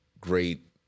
great